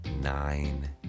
nine